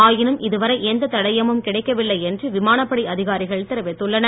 ஆயினும் இதுவரை எந்த தடயமும் கிடைக்கவில்லை என்று விமானப்படை அதிகாரிகள் தெரிவித்துள்ளனர்